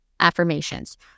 affirmations